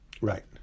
Right